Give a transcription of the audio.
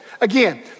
Again